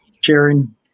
sharing